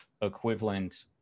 equivalent